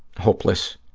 hopeless,